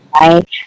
Right